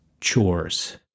chores